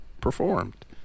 performed